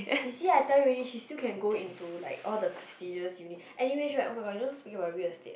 you see I tell you already she still can go into like all the prestigious uni anyway right oh my god speaking about real estate